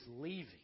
leaving